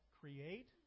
create